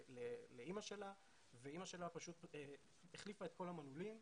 לאימא שלה ואימא שלה פשוט החליפה את כל המנעולים,